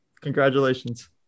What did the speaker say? Congratulations